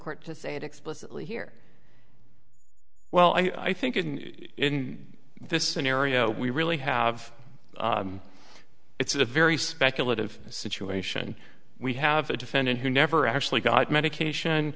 court to say it explicitly here well i think in this scenario we really have it's a very speculative situation we have a defendant who never actually got medication